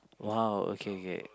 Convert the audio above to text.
!wow! okay okay